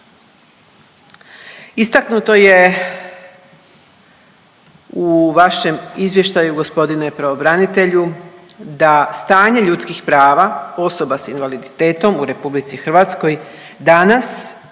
Istaknuto je u vašem izvještaju gospodine pravobranitelju da stanje ljudskih prava osoba sa invaliditetom u Republici Hrvatskoj danas